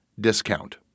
discount